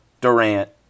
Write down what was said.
Durant